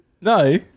No